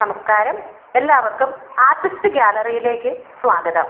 നമസ്കാരം എല്ലാവർക്കും ആർട്ടിസ്റ്റ്സ് ഗ്യാലറിയിലേക്ക് സ്വാഗതം